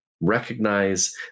recognize